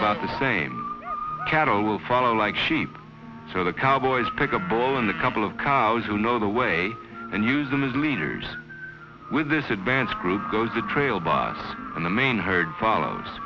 about the same cattle will follow like sheep so the cowboys pick a ball in the couple of cows who know the way and use them as leaders with this advance group goes the trail boss and the main herd follow